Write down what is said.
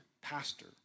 pastor